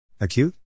acute